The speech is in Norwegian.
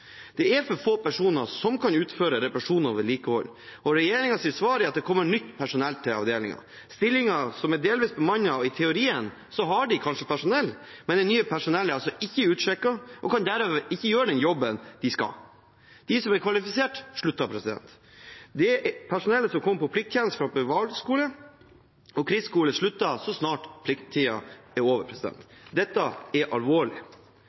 Det er for få personer som kan utføre reparasjon og vedlikehold, og regjeringens svar er at det kommer nytt personell til avdelingen. Stillinger er delvis bemannet, så i teorien har de kanskje personell, men det nye personellet er ikke utsjekket og kan dermed ikke gjøre den jobben de skal. De som er kvalifisert, slutter. Det personellet som kommer på plikttjeneste fra befalsskole og krigsskole, slutter så snart plikttiden er over. Dette er alvorlig.